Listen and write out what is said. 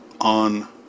on